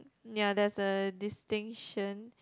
ya there's a distinction